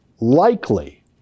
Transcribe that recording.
likely